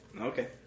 Okay